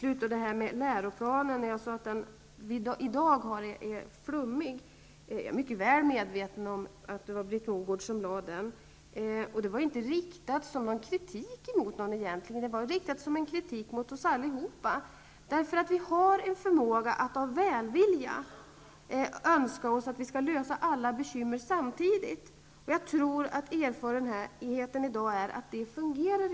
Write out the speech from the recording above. När det gäller läroplanen sade jag att den som vi har i dag är flummig. Jag är väl medveten om att Britt Mogård lade fram förslaget. Det här var inte riktat som en kritik mot någon speciell person. Det var avsett som kritik mot oss alla. Vi har en förmåga att av välvilja önska oss att vi skall lösa alla bekymmer samtidigt. Jag tror att erfarenheterna i dag säger att det inte fungerar.